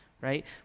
right